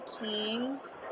Kings